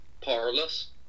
powerless